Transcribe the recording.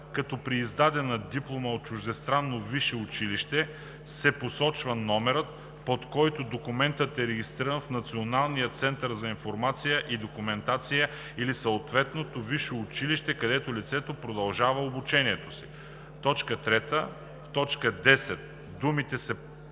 „като при издадена диплома от чуждестранно висше училище се посочва номерът, под който документът е регистриран в Националния център за информация и документация или съответното висше училище, където лицето продължава обучението си.“ 3. В т. 10 думите „се представя